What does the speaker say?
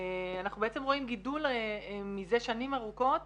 אנחנו בעצם רואים גידול מזה שנים ארוכות